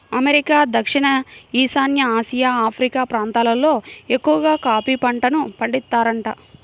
America, దక్షిణ ఈశాన్య Asia, Africa ప్రాంతాలల్లో ఎక్కవగా కాఫీ పంటను పండిత్తారంట